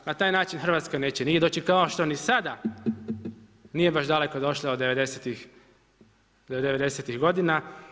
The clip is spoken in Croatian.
Na taj način Hrvatska neće nigdje doći kao što ni sada nije baš daleko došlo od devedesetih godina.